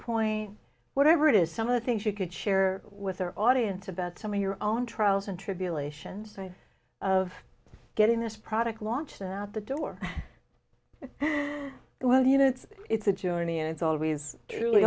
point whatever it is some of the things you could share with our audience about some of your own trials and tribulations size of getting this product launches out the door well you know it's it's a journey it's always